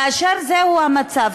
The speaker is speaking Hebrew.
כאשר זהו המצב,